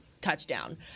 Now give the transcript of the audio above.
touchdown